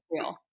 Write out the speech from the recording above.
real